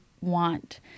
want